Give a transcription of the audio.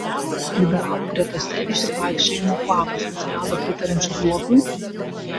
liberalų gretose išsivaikščiojimo kvapas atsirado pritariančių zuokui